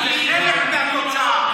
אני חלק מהתוצאה,